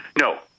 No